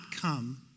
come